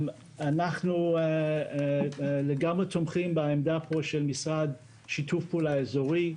אנחנו לגמרי תומכים בעמדה פה של משרד שיתוף פעולה אזורי,